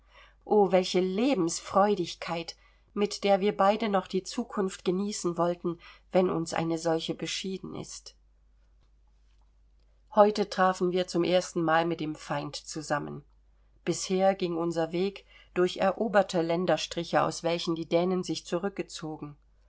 o welche lebensfreudigkeit mit der wir beide noch die zukunft genießen wollten wenn uns eine solche beschieden ist heute trafen wir zum erstenmal mit dem feind zusammen bisher ging unser weg durch eroberte länderstriche aus welchen die dänen sich zurückgezogen